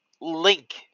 link